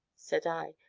said i,